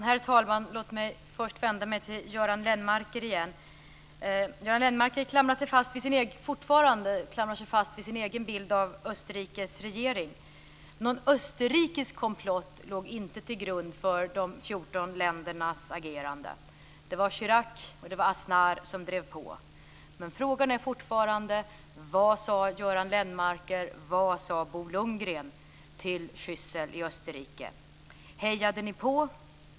Herr talman! Låt mig först vända mig till Göran Lennmarker igen. Göran Lennmarker klamrar sig fortfarande fast vid sin egen bild av Österrikes regering. Någon österrikisk komplott låg inte till grund för de 14 ländernas agerande. Det var Chirac och Aznar som drev på. Men frågan är fortfarande: Vad sade Göran Lennmarker, vad sade Bo Lundgren till Schüssel i Österrike? Hejade ni på?